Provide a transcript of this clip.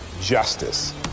justice